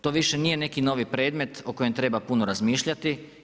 To nije više neki novi predmet o kojem treba puno razmišljati.